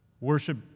Worship